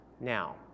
Now